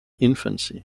infancy